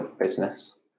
business